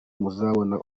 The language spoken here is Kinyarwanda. muzabona